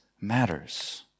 matters